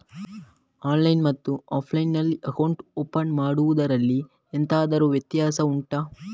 online ಮತ್ತು offline ನಲ್ಲಿ account open ಮಾಡುವುದರಲ್ಲಿ ಎಂತಾದರು ವ್ಯತ್ಯಾಸ ಉಂಟಾ